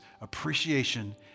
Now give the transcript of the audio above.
appreciation